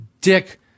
dick